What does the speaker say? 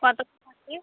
কতটা কী